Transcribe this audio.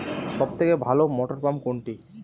সবথেকে ভালো মটরপাম্প কোনটি?